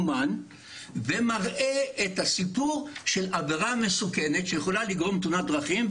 והוא מראה את הסיפור של עבירה מסוכנת שיכולה לגרום לתאונת דרכים.